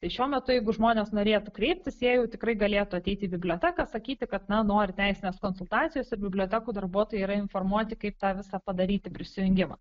tai šiuo metu jeigu žmonės norėtų kreiptis jie jau tikrai galėtų ateiti į biblioteką sakyti kad na nori teisinės konsultacijos ir bibliotekų darbuotojai yra informuoti kaip tą visa padaryti prisijungimą